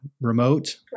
remote